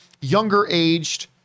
younger-aged